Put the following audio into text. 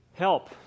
help